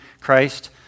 Christ